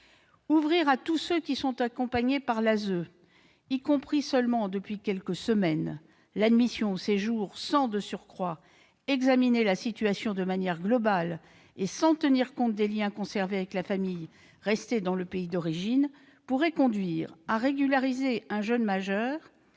Ouvrir à tous ceux qui sont accompagnés par l'ASE, y compris depuis quelques semaines seulement, l'admission au séjour, de surcroît sans examiner la situation de manière globale et sans tenir compte des liens conservés avec la famille restée dans le pays d'origine, pourrait conduire à régulariser un jeune majeur